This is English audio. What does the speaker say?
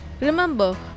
Remember